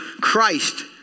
Christ